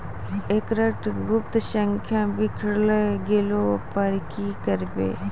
एकरऽ गुप्त संख्या बिसैर गेला पर की करवै?